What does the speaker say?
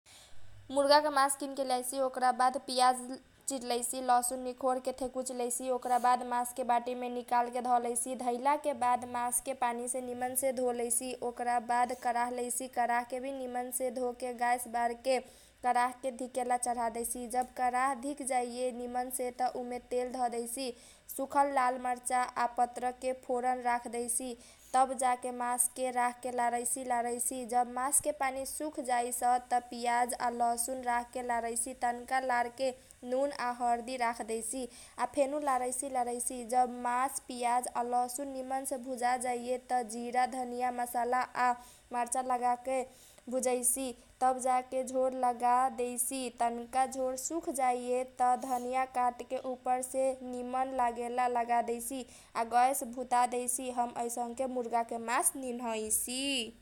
मुर्गा के मास किनके लैसी ओकरा बाद पियाज चिरलैसी लहसुन निखोर के थेकुच लैसी ओकरा बाद मासके बाटिमे निकालके धलैसी धैलाके बाद मासके पानीसे निमनसे धोलैसी ओकरा बाद कराह लैसी कराके भि निमनसे धोके गैस बारके कराहके धिकेला चढादैसी जब कराह धिक जैए निमनसे त उमे तेल धरदैसी सुखल मर्चाके आ पत्रकके फोर्न राखदैसी तब जाके मासके राखके लारैसी लारैसी जब मासके पानी सुख जैस त पियाज आ लहसुन राखके लारैसी तनका लारके नुन आ हरदी राखदैसी आ फेनु लारैसी लारैसी जब मास पियाज आ लहसुन निमनसे भुजा जैस त जिरा धनियाँ के मसाला आ पिसल मर्चा लगाके भुजैसी तब जाके झोर लगादैसी तनका झोर सुख जैस त धनियाँ काटके उपर से निमन लागेला लगादैसी आ गैस भुतादैसी हम अइसनके मुर्गा के मास निनैसी।